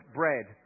bread